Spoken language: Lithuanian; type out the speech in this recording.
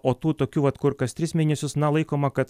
o tų tokių vat kur kas tris mėnesius na laikoma kad